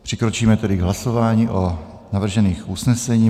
Přikročíme tedy k hlasování o navržených usnesení.